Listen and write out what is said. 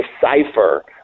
decipher